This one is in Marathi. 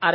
आर